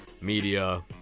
media